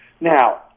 Now